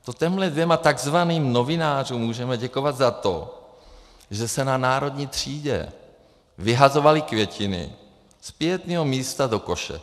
To těmhle dvěma takzvaným novinářům můžeme děkovat za to, že se na Národní třídě vyhazovaly květiny z pietního místa do koše.